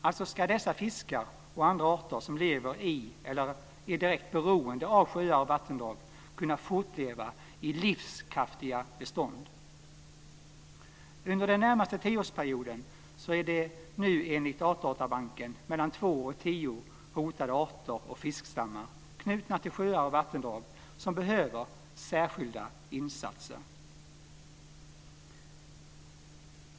Alltså ska dessa fiskar och andra arter som lever i eller är direkt beroende av sjöar och vattendraag kunna fortleva i livskraftiga bestånd. Under den närmaste tioårsperioden är det enligt Artdatabanken mellan 2 och 10 hotade arter och fiskstammar knutna till sjöar och vattendrag som behöver särskilda insatser.